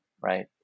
right